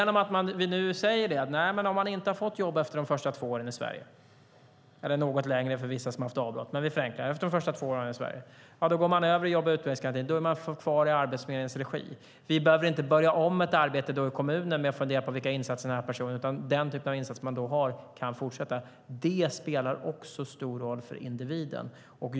Nu säger vi: Nej, om man inte fått ett jobb efter de första två åren i Sverige - eller något längre om man har haft avbrott - går man över till jobb och utbildningsgarantin, och då är man kvar i Arbetsförmedlingens regi. Vi behöver inte börja om ett arbete i kommunen med att fundera på insatserna för den här personen, utan den typ av insatser man då är föremål för kan fortsätta. Det spelar stor roll för individen.